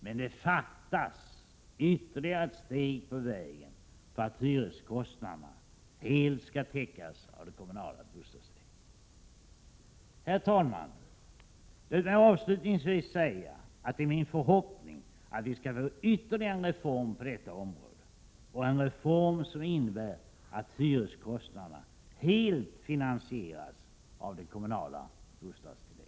Men det fattas ytterligare ett steg på vägen för att hyreskostnaderna helt skall täckas av det kommunala bostadstillägget. Herr talman! Låt mig avslutningsvis säga att det är min förhoppning att vi skall få ytterligare en reform på detta område — en reform som innebär att hyreskostnaderna finansieras helt av det kommunala bostadstillägget.